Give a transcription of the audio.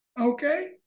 okay